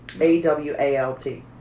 A-W-A-L-T